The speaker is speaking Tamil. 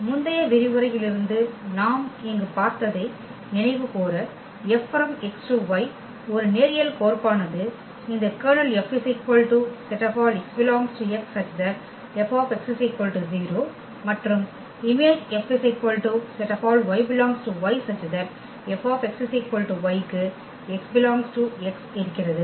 எனவே முந்தைய விரிவுரையில் இருந்து நாம் இங்கு பார்த்ததை நினைவுகூர F X → Y ஒரு நேரியல் கோர்ப்பானது இந்த Ker F x ∈ X F 0 மற்றும் Im F y ∈ Y F yக்கு x ∈ X இருக்கிறது